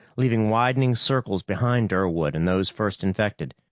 leaving widening circles behind durwood and those first infected.